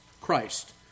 Christ